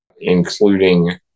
including